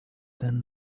than